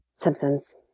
Simpsons